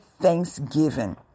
thanksgiving